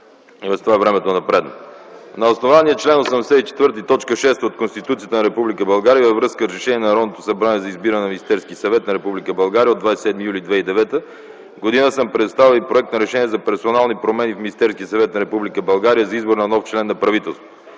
и без това времето напредна. На основание чл. 84, ат. 6 от Конституцията на Република България и във връзка с Решение на Народното събрание за избиране на Министерски съвет на Република България от 27 юли 2009 г. съм представил и проект на Решение за персонални промени в Министерския съвет на Република България за избор на нов член на правителството.